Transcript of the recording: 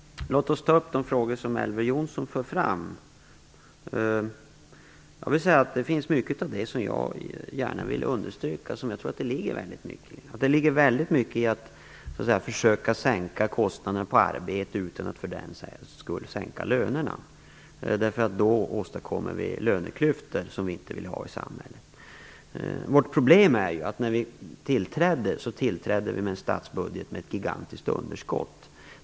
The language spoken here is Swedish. Låt oss ta upp de frågor som Elver Jonsson tar fram. Det finns mycket i dem som jag gärna vill understryka. Jag tror att det ligger väldigt mycket i dem, t.ex. i att försöka sänka kostnaderna på arbete utan att för den skull sänka lönerna - då åstadkommer vi löneklyftor som vi inte vill ha i samhället. Vårt problem är att vi tillträdde med en statsbudget med ett gigantiskt underskott.